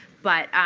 but